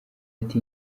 ati